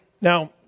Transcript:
now